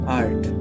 art